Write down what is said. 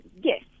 yes